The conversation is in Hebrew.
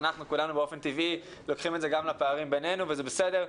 אנחנו כולנו באופן טבעי לוקחים את זה גם לפערים ביננו וזה בסדר,